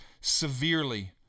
severely